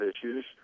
issues